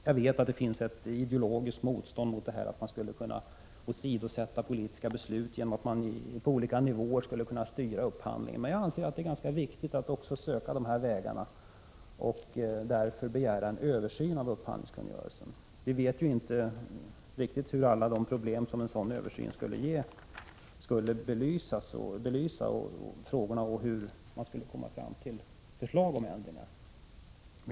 Jag vet att det finns ett ideologiskt motstånd — politiska beslut skulle kunna åsidosättas genom att man på olika nivåer kunde styra upphandlingen — men jag anser att det är ganska viktigt att också söka på de vägarna och därför begära en översyn av upphandlingskungörelsen. Vi vet ju inte riktigt hur en sådan översyn skulle belysa frågorna och hur man skulle komma fram till förslag om ändringar.